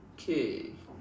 okay